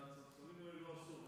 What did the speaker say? אתה מדבר על זה שהספסלים האלה לא עשו,